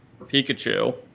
Pikachu